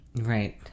Right